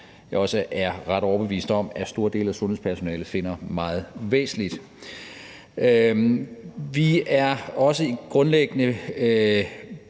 er ret overbevist om at store dele af sundhedspersonalet finder meget væsentlig. Vi er også grundlæggende